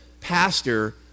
pastor